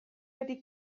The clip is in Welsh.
wedi